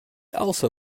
also